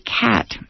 cat